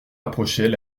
approchaient